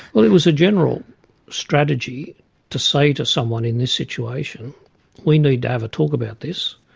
well it was a general strategy to say to someone in this situation we need to have a talk about this,